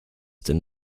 denn